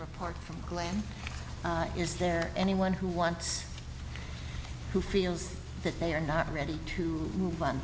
apart from glenn is there anyone who wants who feels that they are not ready to move on